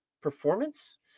performance